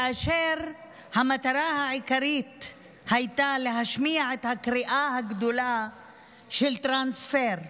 כאשר המטרה העיקרית הייתה להשמיע את הקריאה הגדולה של טרנספר.